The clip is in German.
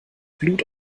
blut